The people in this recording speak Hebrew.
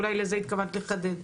אולי לזה התכוונת לחדד,